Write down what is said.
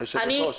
היושבת-ראש,